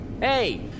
Hey